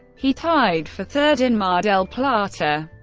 he tied for third in mar del plata,